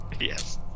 Yes